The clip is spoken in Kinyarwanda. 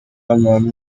amahame